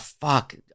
fuck